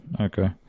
okay